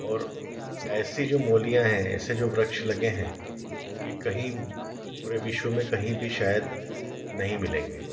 और ऐसी जो मौलियाँ हैं ऐसे जो वृक्ष लगे हैं ये कहीं पूरे विश्व में कहीं शायद नहीं मिलेंगे